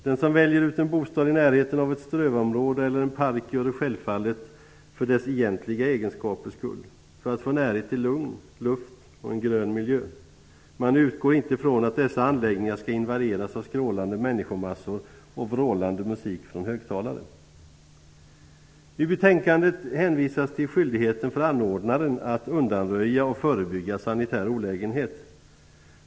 Den som väljer ut en bostad i närheten av ett strövområde eller en park, gör det självfallet för dess egentliga egenskapers skull -- för att få närheten till lugn, luft och en grön miljö. Man utgår inte från att dessa anläggningar skall invaderas av skrålande människomassor och vrålande musik från högtalare. I betänkandet hänvisas till skyldigheten för anordnaren att undanröja och förebygga sanitär olägenhet.